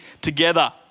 together